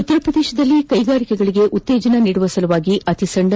ಉತ್ತರಪ್ರದೇಶದಲ್ಲಿ ಕೈಗಾರಿಕೆಗಳಿಗೆ ಉತ್ತೇಜನ ನೀಡುವ ಸಲುವಾಗಿ ಅತಿಸಣ್ಣ